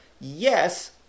yes